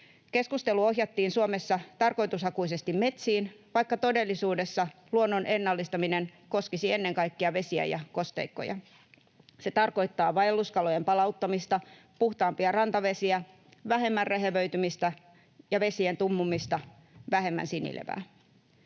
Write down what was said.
Keskustelu ohjattiin Suomessa tarkoitushakuisesti metsiin, vaikka todellisuudessa luonnon ennallistaminen koskisi ennen kaikkea vesiä ja kosteikkoja. Se tarkoittaa vaelluskalojen palauttamista, puhtaampia rantavesiä, vähemmän rehevöitymistä ja vesien tummumista, vähemmän sinilevää.